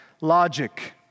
logic